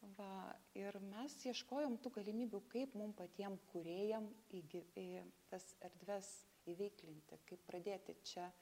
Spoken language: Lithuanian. va ir mes ieškojom tų galimybių kaip mum patiem kūrėjam įgi į tas erdves įveiklinti kaip pradėti čia